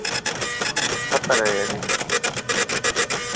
सत्तर रपे ऐ नी